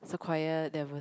so quite there was